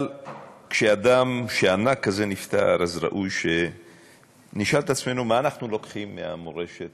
אבל כשאדם ענק כזה נפטר אז ראוי שנשאל את עצמנו מה אנחנו לוקחים מהמורשת